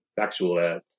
actual